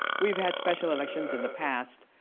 we've had special elections in the past.